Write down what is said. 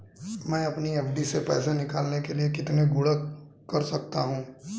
मैं अपनी एफ.डी से पैसे निकालने के लिए कितने गुणक कर सकता हूँ?